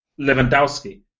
Lewandowski